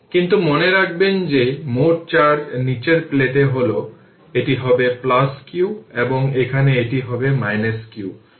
কিন্তু মনে রাখবেন যে মোট চার্জ নীচের প্লেটে হলে এটি হবে q বা এখানে এটি হবে q তবে মোট হবে 0